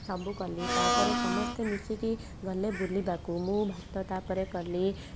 ସବୁ କଲି ତାପରେ ସମସ୍ତେ ମିଶିକି ଗଲେ ବୁଲିବାକୁ ମୁଁ ଭାତ ତାପରେ କଲି